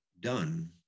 done